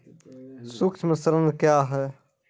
सुक्ष्म ऋण क्या हैं?